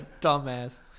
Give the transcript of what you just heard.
dumbass